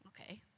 Okay